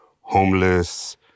homeless